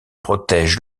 protège